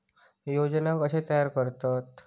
योजना कशे तयार करतात?